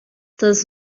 thus